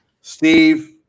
Steve